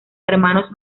hermanos